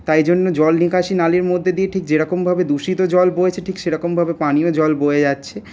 তাইজন্য জল নিকাশি নালীর মধ্য দিয়ে ঠিক যেরকমভাবে দূষিত জল বইছে ঠিক সেরকমভাবে পানীয় জল বয়ে যাচ্ছে